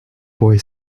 boy